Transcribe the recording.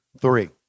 three